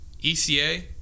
ECA